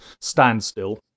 standstill